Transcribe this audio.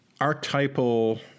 archetypal